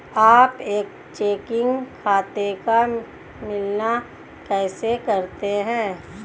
आप एक चेकिंग खाते का मिलान कैसे करते हैं?